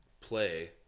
play –